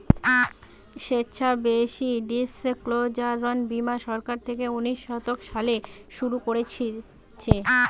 স্বেচ্ছাসেবী ডিসক্লোজার বীমা সরকার থেকে উনিশ শো সালে শুরু করতিছে